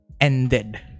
ended